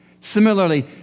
Similarly